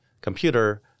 computer